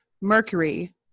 Mercury